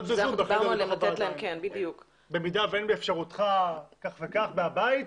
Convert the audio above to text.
אפשר להודיע להם שבמידה ואין באפשרותך כך וכך מהבית,